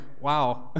wow